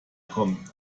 kommen